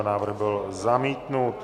Návrh byl zamítnut.